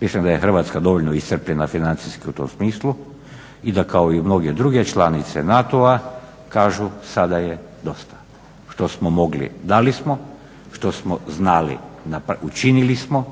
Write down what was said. Mislim da je Hrvatska dovoljno iscrpljena financijski u tom smislu i da kao i mnoge druge članice NATO-a kažu sada je dosta, što smo mogli dali smo, što smo znali učinili smo,